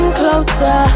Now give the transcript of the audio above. closer